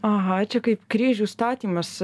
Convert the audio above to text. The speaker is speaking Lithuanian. aha čia kaip kryžių statymas